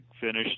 finished